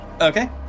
Okay